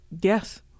Yes